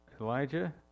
Elijah